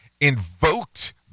invoked